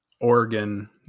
Oregon